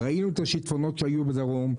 ראינו את השיטפונות שהיו בדרום.